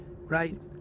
right